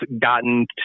gotten